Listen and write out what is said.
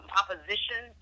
opposition